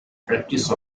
practice